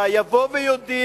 הממשלה, יבוא ויודיע,